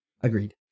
Agreed